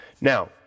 Now